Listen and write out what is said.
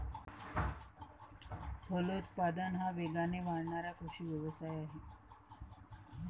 फलोत्पादन हा वेगाने वाढणारा कृषी व्यवसाय आहे